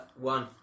One